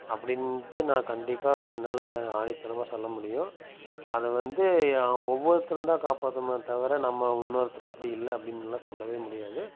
அப்படின்டு நான் கண்டிப்பாக என்னால் ஆணித்தரமாக சொல்ல முடியும் அதை வந்து ஒவ்வொருத்தரும் தான் காப்பத்தணும் தவிர நம்ம இன்னொருதர் அப்படி இல்லை அப்படின்லாம் சொல்ல முடியாத